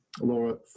Laura